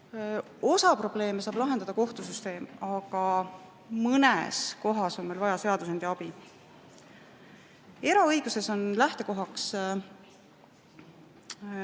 osa probleeme saab lahendada kohtusüsteem, aga mõnes kohas on meil vaja seadusandja abi. Eraõiguses on lähtekohaks